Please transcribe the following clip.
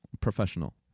professional